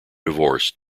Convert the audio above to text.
divorced